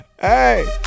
Hey